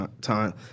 time